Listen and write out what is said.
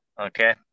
Okay